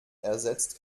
ersetzt